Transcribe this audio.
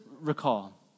recall